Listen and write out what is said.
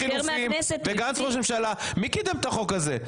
מי קידם את החוק הזה?